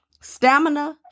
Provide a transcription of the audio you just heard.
stamina